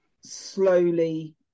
slowly